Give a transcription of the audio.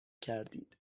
کردید